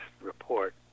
report